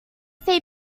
they